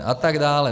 A tak dále.